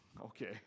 okay